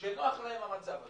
שנוח להם המצב הזה.